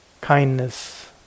kindness